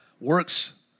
works